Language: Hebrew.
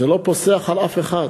זה לא פוסח על אף אחד,